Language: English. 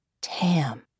Tam